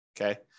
okay